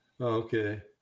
Okay